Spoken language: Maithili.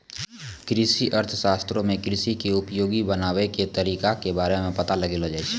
कृषि अर्थशास्त्रो मे कृषि के उपयोगी बनाबै के तरिका के बारे मे पता लगैलो जाय छै